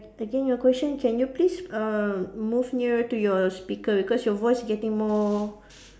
again your question can you please uh move nearer to your speaker because your voice getting more